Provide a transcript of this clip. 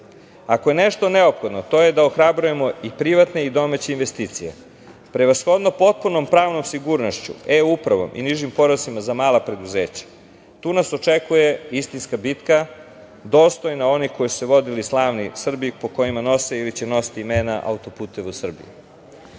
je nešto neophodno to je da ohrabrujemo i privatne i domaće investicije. Prevashodno, potpunom pravnom sigurnošću, e-upravom i nižim porezima za mala preduzeća, tu nas očekuje istinska bitka dostojna onih koje su vodili slavni Srbi po kojima nose ili će imena nositi